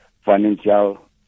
financial